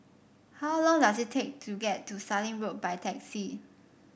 how long does it take to get to Sallim Road by taxi